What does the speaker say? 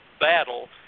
battle